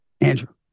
Andrew